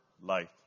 life